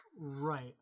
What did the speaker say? Right